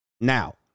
Now